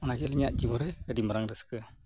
ᱚᱱᱟᱜᱮ ᱟᱹᱞᱤᱧᱟᱜ ᱡᱤᱵᱚᱱ ᱨᱮ ᱟᱹᱰᱤ ᱱᱟᱯᱟᱭ ᱨᱟᱹᱥᱠᱟᱹ